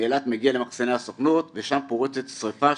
מאילת מגיע למחסני הסוכנות ושם פורצת שריפה,